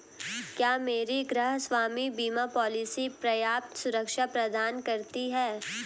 क्या मेरी गृहस्वामी बीमा पॉलिसी पर्याप्त सुरक्षा प्रदान करती है?